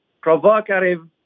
provocative